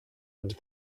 and